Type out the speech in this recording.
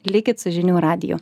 likit su žinių radiju